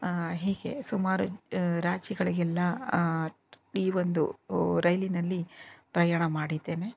ಹೀಗೆ ಸುಮಾರು ರಾಜ್ಯಗಳಿಗೆಲ್ಲ ಈ ಒಂದು ರೈಲಿನಲ್ಲಿ ಪ್ರಯಾಣ ಮಾಡಿದ್ದೇನೆ